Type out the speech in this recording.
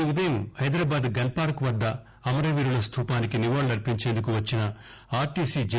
ఈ ఉ దయం హైదరాబాద్ గన్ పార్క్ వద్ద అమరవీరులస్థూపానికి నివాళులర్పించేందుకు వచ్చిన ఆర్ట్సీ జె